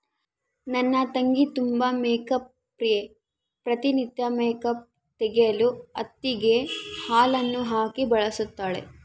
ನನ್ನ ತಂಗಿ ತುಂಬಾ ಮೇಕ್ಅಪ್ ಪ್ರಿಯೆ, ಪ್ರತಿ ನಿತ್ಯ ಮೇಕ್ಅಪ್ ತೆಗೆಯಲು ಹತ್ತಿಗೆ ಹಾಲನ್ನು ಹಾಕಿ ಬಳಸುತ್ತಾಳೆ